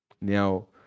now